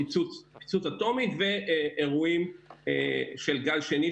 פיצוץ אטומי ואירועים של גל שני,